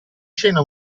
scena